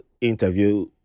interview